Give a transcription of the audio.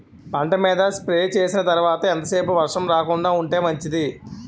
పంట మీద స్ప్రే చేసిన తర్వాత ఎంత సేపు వర్షం రాకుండ ఉంటే మంచిది?